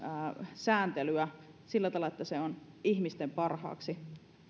sääntelyä sillä tavalla että se on ihmisten parhaaksi